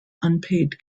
unpaid